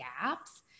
gaps